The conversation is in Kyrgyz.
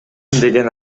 деген